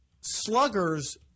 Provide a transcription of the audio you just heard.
sluggers